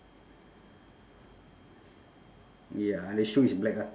ya and the shoe is black ah